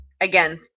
Again